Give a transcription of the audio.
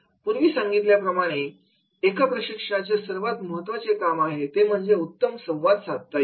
पूर्वी सांगितल्याप्रमाणे एका प्रशिक्षकांचे सर्वात महत्त्वाचं काम आहे ते म्हणजे उत्तम संवाद साधता येणे